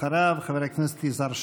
אחריו, חבר הכנסת יזהר שי.